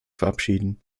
verabschieden